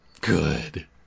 Good